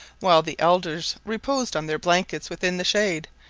while the elders reposed on their blankets within the shade,